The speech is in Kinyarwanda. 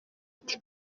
ati